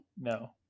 no